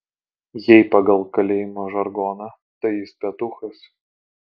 jei pagal kalėjimo žargoną tai jis petūchas